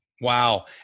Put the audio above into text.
Wow